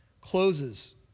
closes